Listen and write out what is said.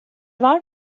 var